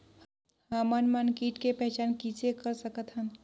हमन मन कीट के पहचान किसे कर सकथन?